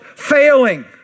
failing